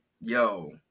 yo